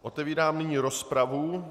Otevírám nyní rozpravu.